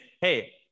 hey